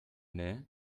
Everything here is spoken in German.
nähe